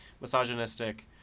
misogynistic